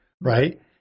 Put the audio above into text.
right